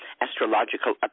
astrological